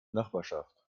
nachbarschaft